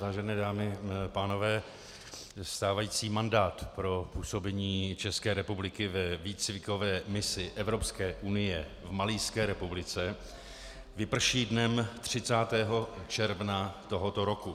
Vážené dámy a pánové, stávající mandát pro působení České republiky ve výcvikové misi Evropské unie v Malijské republice vyprší dnem 30. června tohoto roku.